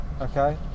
okay